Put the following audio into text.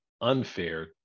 unfair